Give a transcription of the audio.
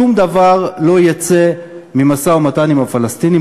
שום דבר לא יצא ממשא-ומתן עם הפלסטינים,